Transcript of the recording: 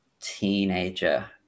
teenager